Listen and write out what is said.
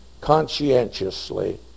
conscientiously